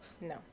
No